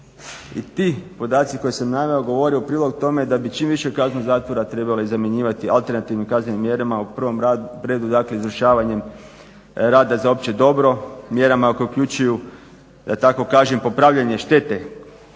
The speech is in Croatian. I ti podaci koje sam naveo govore u prilog tome da bi čim više kazne zatvora trebali zamjenjivati alternativnim kaznenim mjerama, u prvom redu dakle izvršavanjem rada za opće dobro, mjerama koje uključuju da tako kažem popravljanje štete